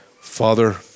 Father